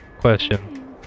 Question